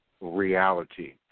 reality